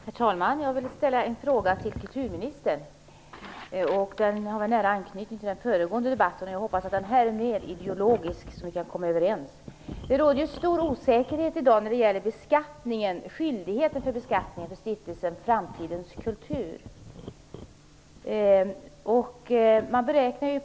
Herr talman! Jag vill ställa en fråga till kulturministern. Den har nära anknytning till föregående debatt. Jag hoppas att denna debatt är mer ideologisk, så att vi kan komma överens. Det råder i dag stor osäkerhet om beskattningen av Stiftelsen Framtidens kultur skyldigheten och dess skyldighet att betala skatt.